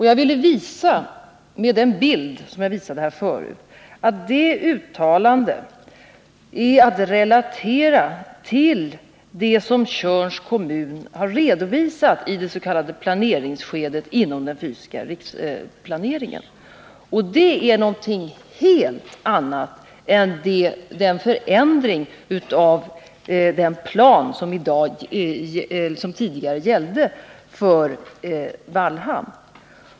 Jag ville, med den bild som jag visade här förut, ange att uttalandet är att relatera till det som Tjörns kommun har redovisat i det s.k. planeringsskedet inom den fysiska riksplaneringen. Det är något helt annat än förändringen av den plan som tidigare gällde för Vallhamn.